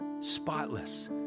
spotless